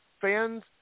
fans